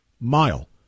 mile